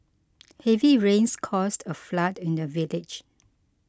heavy rains caused a flood in the village